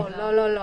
לא.